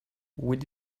would